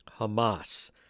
Hamas